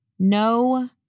No